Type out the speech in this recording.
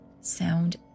sound